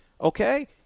Okay